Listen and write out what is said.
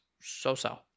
so-so